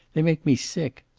they make me sick.